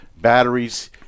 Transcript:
batteries